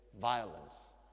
violence